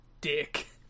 dick